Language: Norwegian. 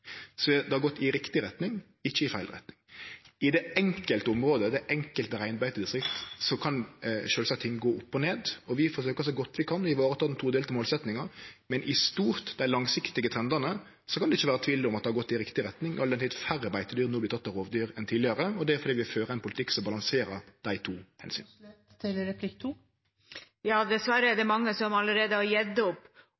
Så det har gått i riktig retning, ikkje i feil retning. I det enkelte område, det enkelte reinbeitedistrikt, kan sjølvsagt ting gå opp og ned. Vi forsøkjer så godt vi kan å ivareta den todelte målsetjinga, men i stort, ut frå dei langsiktige trendane, kan det ikkje vere tvil om at det har gått i riktig retning, all den tid færre beitedyr no vert tekne av rovdyr enn tidlegare. Det er fordi vi fører ein politikk som balanserer dei to omsyna. Ja, dessverre er det mange som allerede har gitt opp. På fylkesmannens hjemmesider står det at rovvilt er